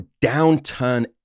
downturn